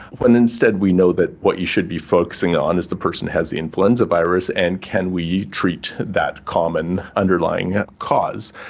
when instead we know that what you should be focusing on is the person has the influenza virus and can we treat that common underlying cause.